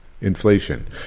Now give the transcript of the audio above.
inflation